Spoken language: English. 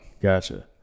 Gotcha